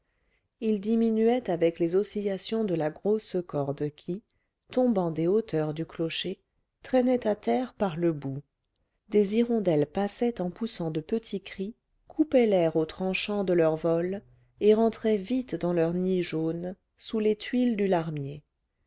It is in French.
il diminuait avec les oscillations de la grosse corde qui tombant des hauteurs du clocher traînait à terre par le bout des hirondelles passaient en poussant de petits cris coupaient l'air au tranchant de leur vol et rentraient vite dans leurs nids jaunes sous les tuiles du larmier